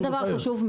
זה דבר חשוב.